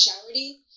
charity